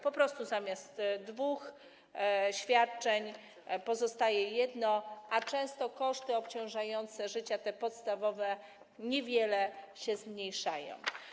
Po prostu zamiast dwóch świadczeń pozostaje jedno, a często obciążające koszty życia, te podstawowe, niewiele się zmniejszają.